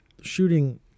shooting